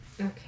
Okay